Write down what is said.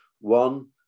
One